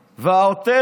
בכנסת,